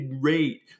rate